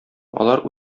алар